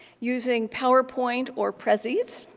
using powerpoint or prezi,